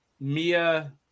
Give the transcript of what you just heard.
Mia